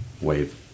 wave